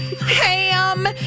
ham